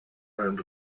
round